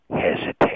hesitate